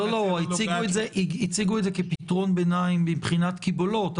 אפליקציה לא נוגעת --- הציגו את זה כפתרון ביניים מבחינת קיבולות,